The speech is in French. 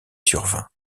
survint